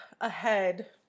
ahead